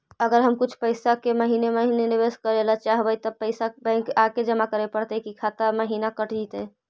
अगर हम कुछ पैसा के महिने महिने निबेस करे ल चाहबइ तब पैसा बैक आके जमा करे पड़तै कि खाता से महिना कट जितै?